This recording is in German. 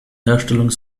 herstellung